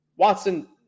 Watson